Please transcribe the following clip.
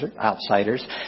outsiders